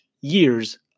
year's